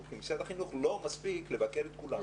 כי משרד החינוך לא מספיק לבקר את כולם.